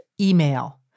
email